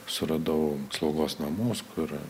suradau slaugos namus kur